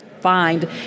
find